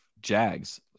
Jags